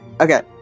Okay